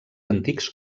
antics